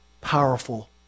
powerful